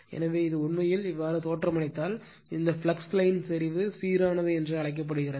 எனவே இது உண்மையில் இவ்வாறு தோற்றமளித்தால் இந்த ஃப்ளக்ஸ் லைன் செறிவு சீரானது என்று அழைக்கப்படுகிறது